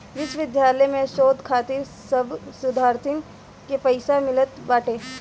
विश्वविद्यालय में शोध खातिर सब शोधार्थीन के पईसा मिलत बाटे